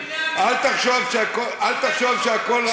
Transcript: אל תחשוב שהכול רק הממשלה.